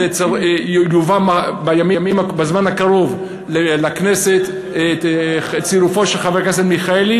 יובא בזמן הקרוב לכנסת צירופו של חבר הכנסת מיכאלי,